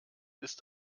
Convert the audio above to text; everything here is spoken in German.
ist